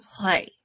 play